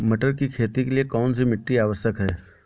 मटर की खेती के लिए कौन सी मिट्टी आवश्यक है?